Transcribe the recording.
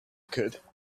could